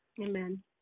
Amen